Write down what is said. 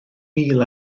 mil